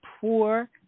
poor